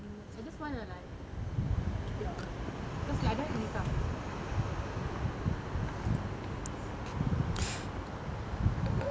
I just wanna like because I don't have make up